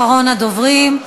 אחרון הדוברים,